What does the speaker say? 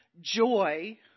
joy